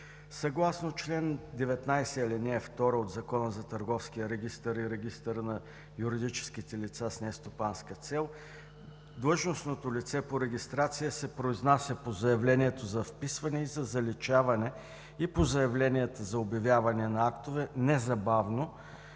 съгласно чл. 19, ал. 2 от Закона за Търговския регистър и Регистъра на юридическите лица с нестопанска цел длъжностното лице по регистрация се произнася по заявленията за вписване и за заличаване и по заявленията за обявяване на актове незабавно